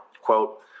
Quote